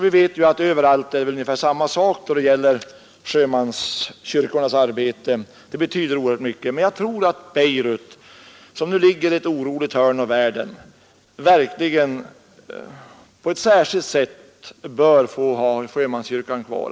Vi vet att det överallt är ungefär samma sak när det gäller sjömanskyrkornas arbete — det betyder oerhört mycket — men jag tror att Beirut, som ligger i ett oroligt hörn av världen, alldeles särskilt väl behöver ha sjömanskyrkan kvar.